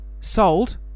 sold